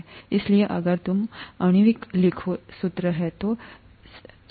इसलिए अगर तुम अगर तुम आणविक लिखो सूत्र यह C3H6O3 होगा